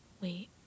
wait